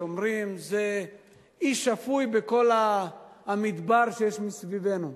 שאומרים: אי שפוי בכל המדבר שיש מסביבנו,